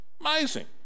Amazing